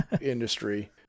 industry